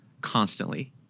Constantly